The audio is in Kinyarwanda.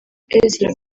ezra